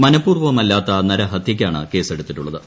മനപ്പുർവമല്ലാത്ത നരഹത്യക്കാണ് കേസെടുത്തിട്ടുള്ളത്